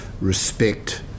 respect